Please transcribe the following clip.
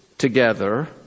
Together